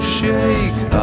shake